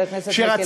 חבר הכנסת מיקי לוי.